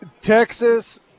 Texas